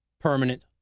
permanent